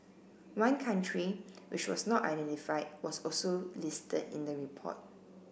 one country which was not identified was also listed in the report